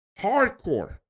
hardcore